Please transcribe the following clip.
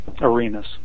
arenas